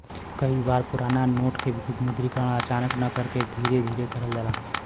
कई बार पुराना नोट क विमुद्रीकरण अचानक न करके धीरे धीरे करल जाला